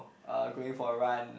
uh going for a run